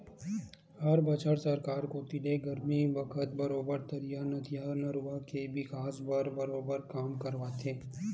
हर बछर सरकार कोती ले गरमी बखत बरोबर तरिया, नदिया, नरूवा के बिकास बर बरोबर काम करवाथे